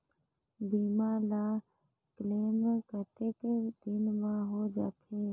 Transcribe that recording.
बीमा ला क्लेम कतेक दिन मां हों जाथे?